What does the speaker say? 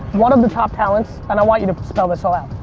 one of the top talents, and i want you to spell this all out,